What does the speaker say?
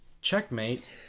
checkmate